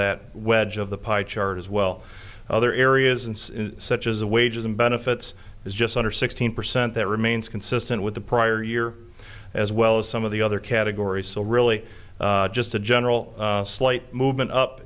wedge of the pie chart as well other areas and such as the wages and benefits is just under sixteen percent that remains consistent with the prior year as well as some of the other categories so really just a general slight movement up